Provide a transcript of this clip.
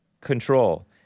Control